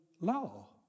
law